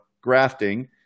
grafting